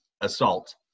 assault